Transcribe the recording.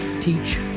teach